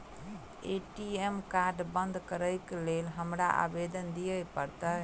ATM card बंद करैक लेल हमरा आवेदन दिय पड़त?